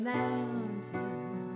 mountains